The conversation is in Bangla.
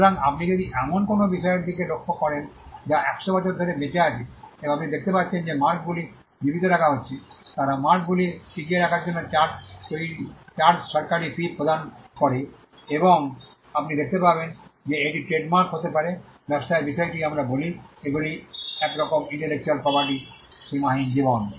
সুতরাং আপনি যদি এমন কোনও ব্যবসায়ের দিকে লক্ষ্য করেন যা 100বছর ধরে বেঁচে আছে এবং আপনি দেখতে পাচ্ছেন যে মার্ক গুলি জীবিত রাখা হচ্ছে তারা মার্ক গুলি টিকিয়ে রাখার জন্য চার্জ সরকারী ফি প্রদান করে এবং আপনি দেখতে পাবেন যে এটি ট্রেডমার্ক হতে পারে ব্যবসায়ের বিষয়টি আমরা বলি এগুলি একরকম ইন্টেলেকচুয়াল প্রপার্টি সীমাহীন জীবন